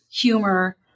humor